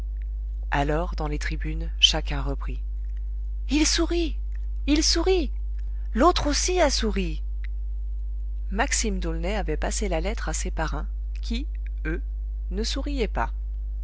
alors dans les tribunes chacun reprit il sourit il sourit l'autre aussi a souri maxime d'aulnay avait passé la lettre à ses parrains qui eux ne souriaient pas